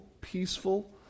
peaceful